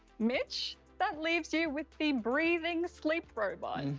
mitch, that leaves you with the breathing sleep robot.